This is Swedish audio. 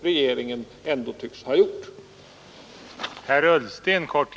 Regeringen tycks ha gjort detta.